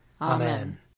Amen